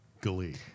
Glee